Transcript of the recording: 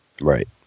right